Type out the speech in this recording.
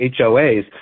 HOAs